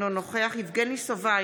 אינו נוכח יבגני סובה,